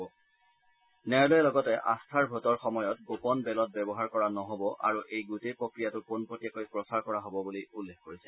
সৰ্বোচ্চ ন্যায়ালয়ে লগতে আস্থাৰ ভোটৰ সময়ত গোপন বেলট ব্যৱহাৰ কৰা নহব আৰু এই গোটেই প্ৰক্ৰিয়াটো পোনপতীয়কৈ প্ৰচাৰ কৰা হ'ব বুলি উল্লেখ কৰিছে